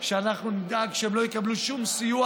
שאנחנו נדאג שהם לא יקבלו שום סיוע